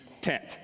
tent